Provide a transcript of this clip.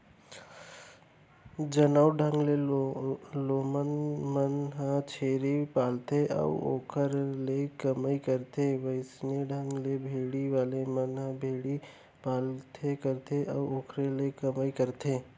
जउन ढंग ले लोगन मन ह छेरी पालथे अउ ओखर ले कमई करथे वइसने ढंग ले भेड़ी वाले मन ह भेड़ी पालन करथे अउ ओखरे ले कमई करथे